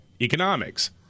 economics